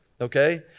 Okay